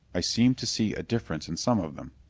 i seemed to see a difference in some of them.